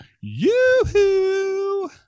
yoo-hoo